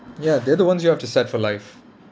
ya they're the ones you have to set for life